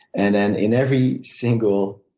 and then in every single